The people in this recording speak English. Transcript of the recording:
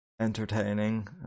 entertaining